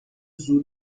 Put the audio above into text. زور